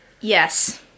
Yes